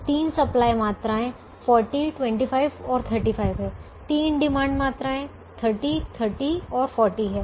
तो तीन सप्लाई मात्राएँ 40 25 और 35 हैं तीन डिमांड मात्राएँ 30 30 और 40 हैं